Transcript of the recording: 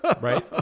Right